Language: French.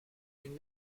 d’une